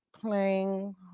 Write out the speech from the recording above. playing